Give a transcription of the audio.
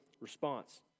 response